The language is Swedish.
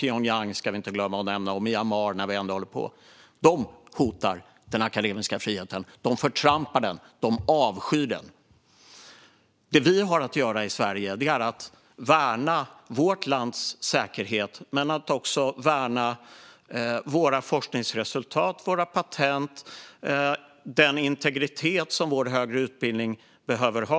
Pyongyang och Myanmar ska vi inte glömma att nämna, när vi ändå håller på. De hotar den akademiska friheten. De förtrampar den och avskyr den. Det vi har att göra i Sverige är att värna vårt lands säkerhet men också våra forskningsresultat, våra patent och den integritet som vår högre utbildning behöver ha.